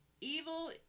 evil